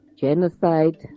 genocide